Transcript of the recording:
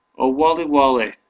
o waly, waly,